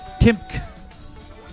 Timk